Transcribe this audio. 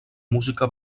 música